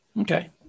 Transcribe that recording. Okay